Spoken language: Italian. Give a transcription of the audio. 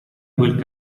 quel